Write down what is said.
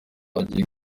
agiye